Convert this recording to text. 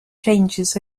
changes